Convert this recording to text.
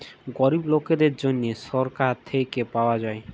গরিব লকদের জ্যনহে ছরকার থ্যাইকে পাউয়া যায়